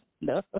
No